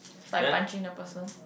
by punching the person